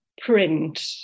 print